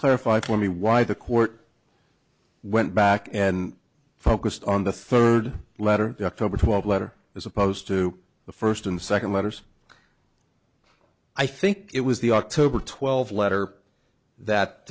clarify for me why the court went back and focused on the third letter was letter as opposed to the first and second letters i think it was the october twelfth letter that